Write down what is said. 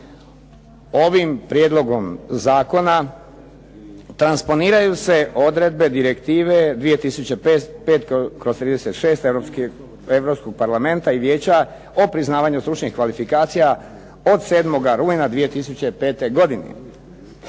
Ovim prijedlogom zakona transponiraju se odredbe Direktive 2005/36 Europskog parlamenta i Vijeća o priznavanju stručnih kvalifikacija od 7. rujna 2005. godine.